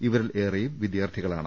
ഇവരിൽ ഏറെയും വിദ്യാർത്ഥികളാണ്